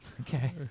Okay